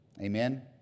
Amen